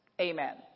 Amen